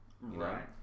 Right